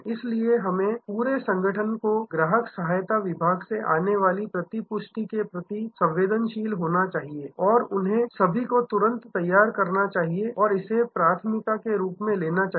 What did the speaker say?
इसलिए हमें पूरे संगठन को ग्राहक सहायता विभाग से आने वाली प्रतिपुष्टि के प्रति संवेदनशील होना चाहिए और उन्हें सभी को तुरंत तैयार करना चाहिए और इसे प्राथमिकता के रूप में लेना चाहिए